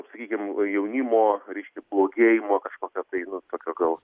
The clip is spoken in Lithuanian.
sakykim jaunimo reiškia blogėjimo kažkokio tai nu tokio gal